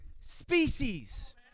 species